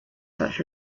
such